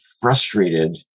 frustrated